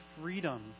freedom